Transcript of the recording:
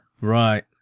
right